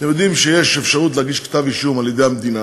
אתם יודעים שיש אפשרות להגיש כתב-אישום על-ידי המדינה,